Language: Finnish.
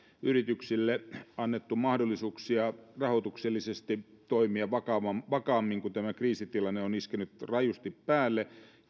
yrityksille on annettu mahdollisuuksia rahoituksellisesti toimia vakaammin kun tämä kriisitilanne on iskenyt rajusti päälle